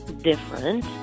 different